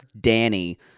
Danny